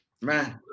man